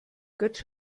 götsch